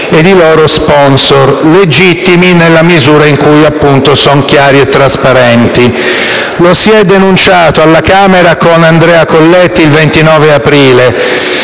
e i loro *sponsor*, legittimi nella misura in cui, appunto, sono chiari e trasparenti. Lo si è denunciato alla Camera il 29 aprile